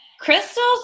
crystals